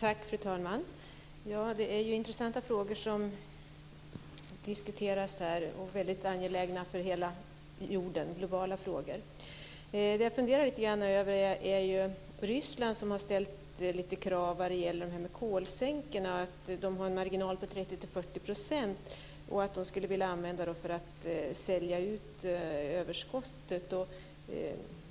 Fru talman! Det är ju intressanta frågor som diskuteras här, väldigt angelägna för hela jorden - globala frågor. Det jag funderar lite grand över är Ryssland som har ställt lite krav vad gäller kolsänkorna. De har en marginal på 30-40 % och skulle vilja använda den för att sälja ut överskottet.